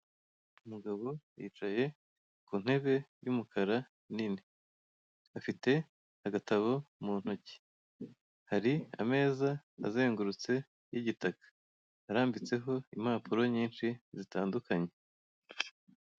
Umugabo yicaye ku ntebe y'umukara nini afite agatabo mu ntoki hari ameza azengurutse y'igitaka, arambitse impapuro nyishi zitandukanye.